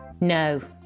No